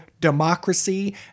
democracy